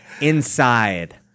inside